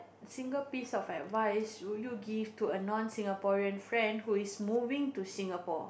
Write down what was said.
single piece of advice would you give to a non Singaporean friend who is moving to Singapore